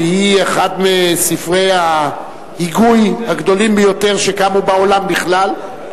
שהיא אחת מספרי ההגות הגדולים ביותר שקמו בעולם בכלל,